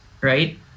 right